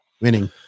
winning